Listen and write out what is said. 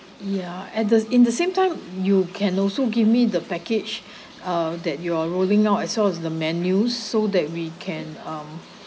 ya at the in the same time you can also give me the package uh that you're rolling out as well as the menu so that we can um